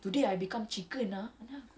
so that says something